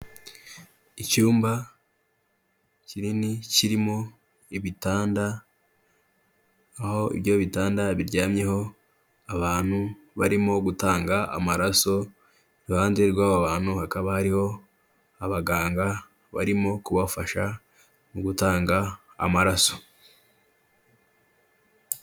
Icyumba kinini kirimo ibitanda, aho ibyo bitanda biryamyeho abantu, barimo gutanga amaraso, iruhande rw'abantu hakaba hariho abaganga barimo kubafasha mu gutanga amaraso.